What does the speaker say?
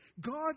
God